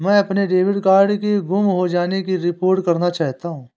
मैं अपने debit card के गुम हो जाने की रिपोर्ट करना चाहता हूँ